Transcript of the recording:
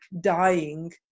dying